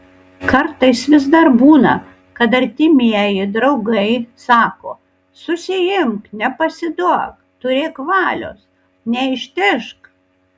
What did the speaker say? kartais vis dar būna kad artimieji draugai sako susiimk nepasiduok turėk valios neištižk